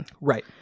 Right